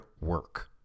work